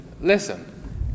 listen